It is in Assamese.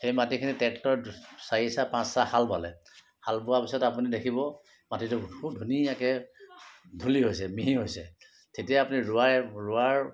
এই মাটিখিনি ট্ৰেক্টৰে চাৰিচাহ পাঁচচাহ হাল বালে হাল বোৱা পাছত আপুনি দেখিব মাটিটো ধুনীয়াকৈ ধূলি হৈছে মিহি হৈছে তেতিয়া আপুনি ৰুৱাই ৰোৱাৰ